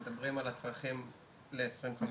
מדברים על הצרכים ל-2050.